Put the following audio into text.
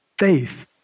Faith